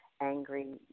angry